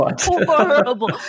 horrible